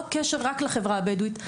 בלי קשר רק לחברה הבדואית.